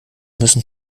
müssen